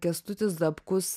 kęstutis zapkus